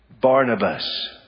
Barnabas